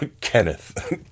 Kenneth